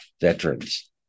veterans